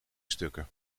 stukken